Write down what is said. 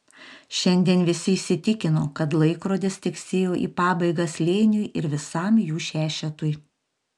šiandien visi įsitikino kad laikrodis tiksėjo į pabaigą slėniui ir visam jų šešetui